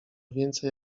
więcej